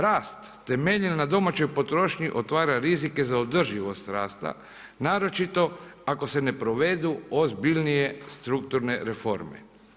Rast temeljen na domaćoj potrošnji otvara rizike za održivost rasta naročito ako se ne provedu ozbiljnije strukturne reforme.